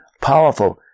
powerful